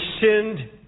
sinned